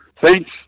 Thanks